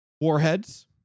Warheads